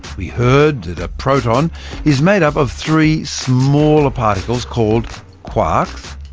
we heard that a proton is made up of three smaller particles, called quarks.